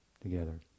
together